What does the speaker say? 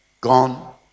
gone